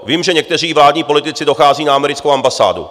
Vím, že někteří vládní politici docházejí na americkou ambasádu.